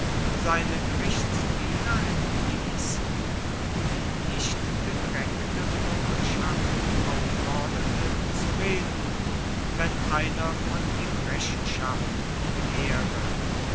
seine gerichtsdiener entließ und die dichtgedrängte bürgerschaft aufforderte zu reden wenn einer von ihm rechenschaft begehre